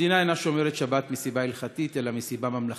המדינה אינה שומרת שבת מסיבה הלכתית אלא מסיבה ממלכתית.